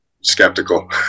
skeptical